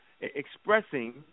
expressing